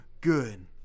good